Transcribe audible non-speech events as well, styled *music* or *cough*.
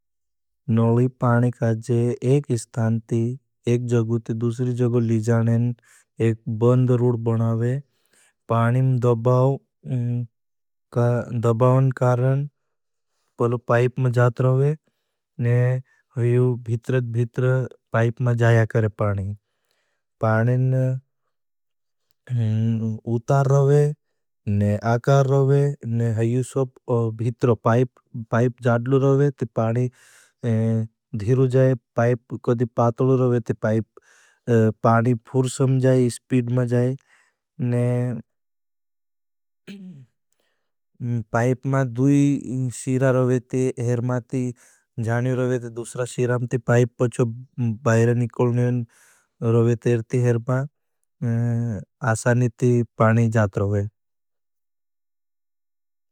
नोली पानी का जे एक इस्थान ती, एक जगू ती, दूसरी जगू ली जानें, एक बंद रूड बनावें। पानीं दबाव का दबावन कारण, पहले पाइप में जात रहे, ने है भीतरे थी भीतरे पाइप में जाया करें पानीं। पानें *hesitation* उतार रहे, आकार रहे, भीतरो पाइप जाटलो रहे ती पानी *hesitation* धिरू जाए। पाइप कदी पातलो रहे ती पाइप पानी फूर समझाए, स्पीड मजाए। *hesitation* पाइप मां दूई शीरा रहे थी, हर मां ती जानी रहे थी। दूसरा शीरां ती पाइप पचो बाइर निकलने रहे ती रहे ती हर मां आसानी ती पानी जात रहे।